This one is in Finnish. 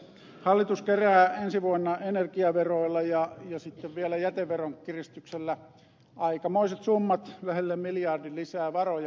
hallitus kerää ensi vuonna energiaveroilla ja sitten vielä jäteveron kiristyksellä aikamoiset summat lähelle miljardin lisää varoja